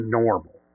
normal